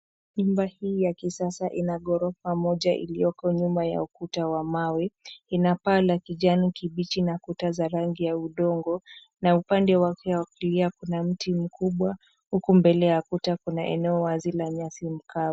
Nyumba hii ya kisasa ina ghorofa moja iliyo nyuma ya ukuta wa mawe. Inapaa la kijani kibichi na kuta za rangi ya udongo, na upande wake wa kulia kuna mti mkubwa. Huku mbele ya ukuta kuna eneo wazi la nyasi kavu.